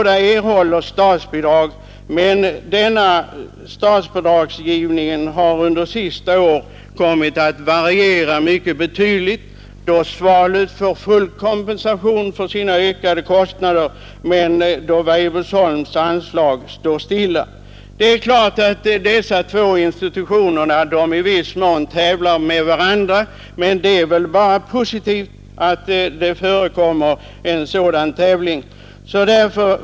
De erhåller statsbidrag, men denna statsbidragsgivning har under de senaste åren kommit att variera betydligt, då Svalöv får full kompensation för sina ökade kostnader, medan Weibullsholms anslag står stilla. Institutionerna tävlar i viss mån med varandra, men det är väl bara positivt att en sådan tävlan förekommer.